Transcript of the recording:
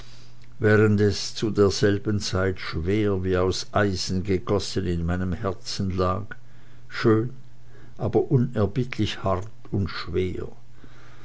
während es zu derselben zeit schwer wie aus eisen gegossen in meinem herzen lag schön aber unerbittlich hart und schwer